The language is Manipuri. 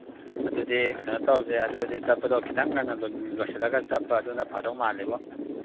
ꯑꯗꯨꯗꯤ ꯀꯩꯅꯣ ꯇꯧꯁꯦ ꯑꯗꯨꯗꯤ ꯆꯠꯄꯗꯣ ꯈꯤꯇꯪ ꯉꯟꯅ ꯂꯣꯏꯁꯤꯜꯂꯒ ꯆꯠꯄ ꯑꯗꯨꯅ ꯐꯗꯧ ꯃꯥꯜꯂꯦꯕꯣ